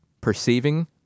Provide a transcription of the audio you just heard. perceiving